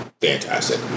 fantastic